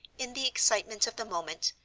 in the excitement of the moment,